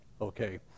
Okay